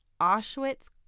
Auschwitz